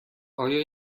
آیا